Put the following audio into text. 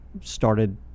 started